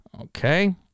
Okay